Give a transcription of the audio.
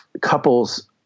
couples